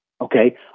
Okay